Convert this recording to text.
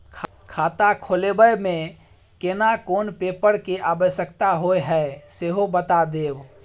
खाता खोलैबय में केना कोन पेपर के आवश्यकता होए हैं सेहो बता देब?